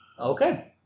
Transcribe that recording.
Okay